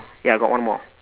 ya got one more